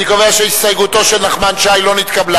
אני קובע שהסתייגותו של חבר הכנסת נחמן שי לא נתקבלה.